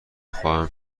خواهم